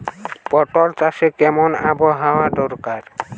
পটল চাষে কেমন আবহাওয়া দরকার?